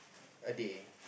a day